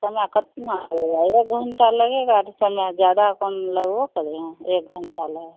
समय कितना पड़ेगा एक घंटा लगेगा अरे समय जादा कम लगबो करिहें एक घंटा ले